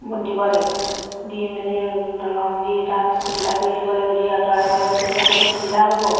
দিব লাগিব দি মেলি দলং দি তাত সুবিধা কৰি দিব লাগিব দি আঁতৰাই দিব লাগিব তেতিয়া সেইটো সুবিধা হ'ব